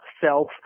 self